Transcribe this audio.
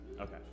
Okay